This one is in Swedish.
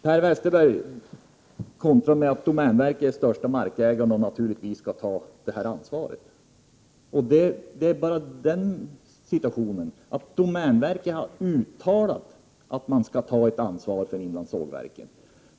Per Westerberg sade att domänverket är den största markägaren och därför bör ta ansvar. Situationen är den att domänverket har uttalat att de skall ta ansvar för inlandssågverken.